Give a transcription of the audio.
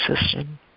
system